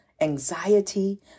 anxiety